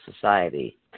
society